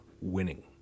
winning